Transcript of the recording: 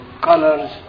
colors